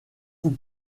vous